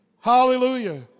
Hallelujah